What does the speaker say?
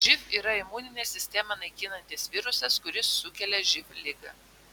živ yra imuninę sistemą naikinantis virusas kuris sukelia živ ligą